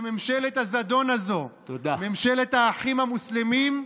שממשלת הזדון הזאת, ממשלת האחים המוסלמים,